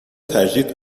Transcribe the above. تجدید